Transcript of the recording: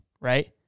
Right